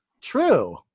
true